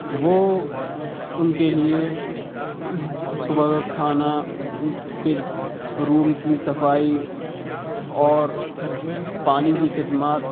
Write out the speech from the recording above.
وہ ان کے لیے صبح کا کھانا ان کے روم کی صفائی اور پانی کی خدمات